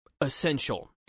essential